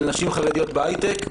על נשים חרדיות בהייטק.